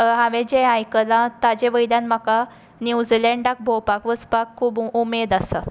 हांवें जें आयकलां ताचें वयल्यान म्हाका न्युजीलँडाक भोंवपाक वचपाक खूब उमेद आसा